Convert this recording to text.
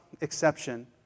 exception